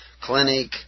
clinic